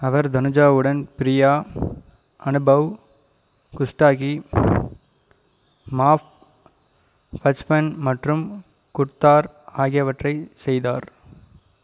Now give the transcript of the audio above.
அவர் தனுஜாவுடன் பிரியா அனுபவ் குஸ்டாகி மாஃப் பச்பன் மற்றும் குட்தார் ஆகியவற்றை செய்தார்